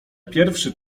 pierwszy